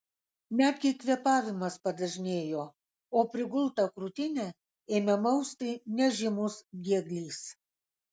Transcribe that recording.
netgi kvėpavimas padažnėjo o prigultą krūtinę ėmė mausti nežymus dieglys